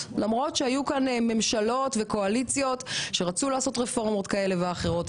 היו כאן ממשלות וקואליציות שרצו לעשות רפורמות כאלו ואחרות,